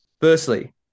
Firstly